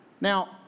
Now